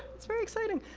it's very exciting.